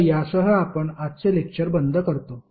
तर यासह आपण आजचे लेक्टर बंद करतो